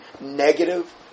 negative